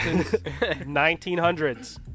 1900s